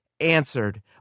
answered